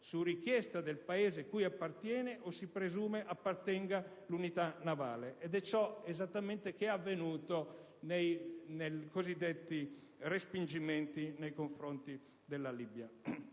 su richiesta del Paese cui appartiene, o si presume appartenga, l'unità navale. Questo è esattamente ciò che è avvenuto nei cosiddetti respingimenti nei confronti della Libia.